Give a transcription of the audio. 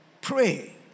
pray